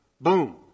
boom